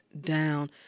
down